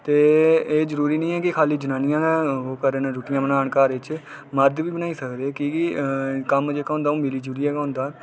ते एह् जरूरी नेई केह् ऐ खाली जनानियां गै ओह् करन रूट्टी बनान घरै च मर्द बी बनाई सकदे कि कम्म जेह्का होंदा ओह् मिली जुलियै गै होंदा